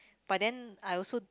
but then I also